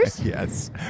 Yes